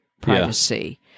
privacy